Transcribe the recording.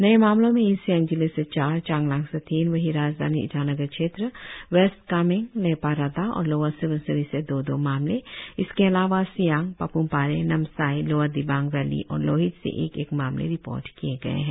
नए मामलों में ईस्ट सियांग जिले से चार चांगलांग से तीन वहीं राजधानी ईटानगर क्षेत्र वेस्ट कामेंग लेपारादा और लोअर स्बनसिरी से दो दो मामले इसके अलावा सियांग पाप्मपारे नामसाई लोअर दिबांग वैली और लोहित से एक एक मामले रिपोर्ट किए गए है